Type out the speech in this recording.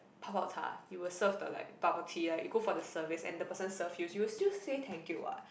you were serve the like bubble tea like you go for the service and the person serve you you will still say thank you what